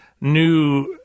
new